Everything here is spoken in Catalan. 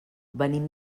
venim